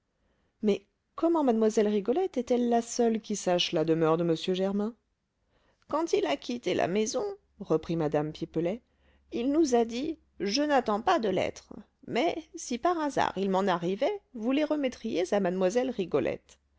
mais comment mlle rigolette est-elle la seule qui sache la demeure de m germain quand il a quitté la maison reprit mme pipelet il nous a dit je n'attends pas de lettres mais si par hasard il m'en arrivait vous les remettriez à mlle rigolette